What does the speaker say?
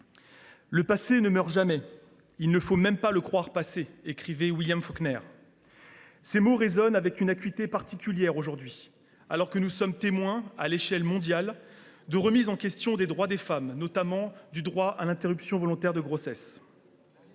« Le passé ne meurt jamais. Il ne faut même pas le croire passé », écrivait William Faulkner. Ces mots résonnent avec une acuité particulière aujourd’hui, alors que nous sommes témoins, à l’échelle mondiale, de remises en question des droits des femmes, notamment du droit à l’interruption volontaire de grossesse.